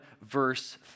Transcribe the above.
verse